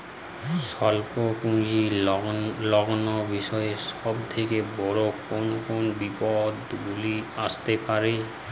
স্বল্প পুঁজির লগ্নি বিষয়ে সব থেকে বড় কোন কোন বিপদগুলি আসতে পারে?